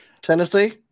Tennessee